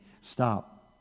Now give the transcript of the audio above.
stop